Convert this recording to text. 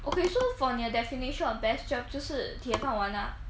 okay so for 你的 definition of best job 就是铁饭碗 lah